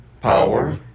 power